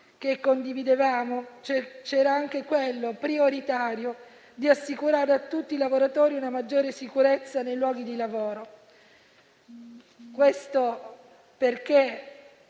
che condividevamo, c'era anche quello prioritario di assicurare a tutti i lavoratori una maggiore sicurezza nei luoghi di lavoro; questo perché